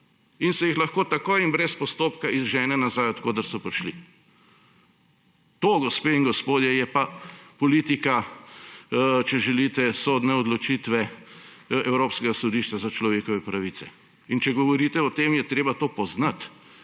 in se jih lahko takoj in brez postopka izžene nazaj, od koder so prišli. To, gospe in gospodje, je pa politika, če želite, sodne odločitve Evropskega sodišča za človekove pravice in če govorite o tem, je treba to poznati